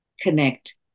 connect